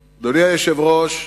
היושב-ראש,